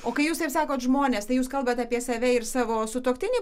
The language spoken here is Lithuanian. o kai jūs taip sakot žmonės tai jūs kalbat apie save ir savo sutuoktinį